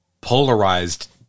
polarized